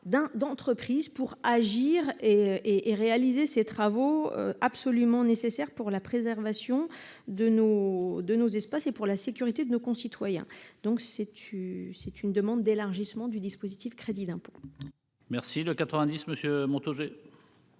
d'entreprise pour agir et et et réaliser ces travaux absolument nécessaire pour la préservation de nos, de nos espaces, et pour la sécurité de nos concitoyens. Donc c'est-tu c'est une demande d'élargissement du dispositif. Crédit d'impôt. Merci de 90. Montaugé.